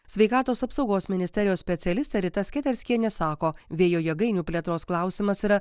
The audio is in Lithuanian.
sveikatos apsaugos ministerijos specialistė rita sketerskienė sako vėjo jėgainių plėtros klausimas yra